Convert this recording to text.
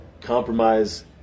compromise